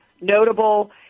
notable